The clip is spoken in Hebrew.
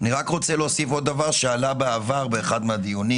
אני רוצה להוסיף עוד דבר שעלה בעבר באחד הדיונים